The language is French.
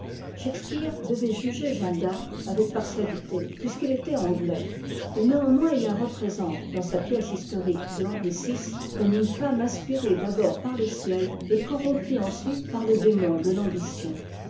shakspeare devait juger jeanne d'arc avec partialité puisqu'il était anglais et néanmoins il la représente dans sa pièce historique de hen'ri vi comme une femme inspirée d'abord par le ciel et corrompue ensuite par le démon de l'ambition